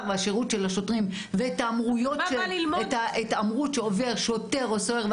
והשירות של השוטרים ואת ההתעמרות שעובר שוטר או סוהר.